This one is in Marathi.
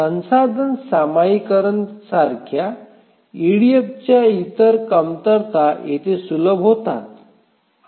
संसाधन सामायिकरण सारख्या ईडीएफच्या इतर कमतरता येथे सुलभ होतात